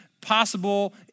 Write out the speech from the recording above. possible